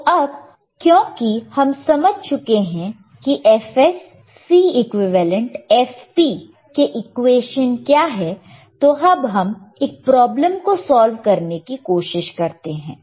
तो अब क्योंकि हम समझ चुके हैं कि Fs Cequivalent Fp के इक्वेश्चन क्या है तो अब हम एक प्रॉब्लम को सॉल्व करने की कोशिश करते हैं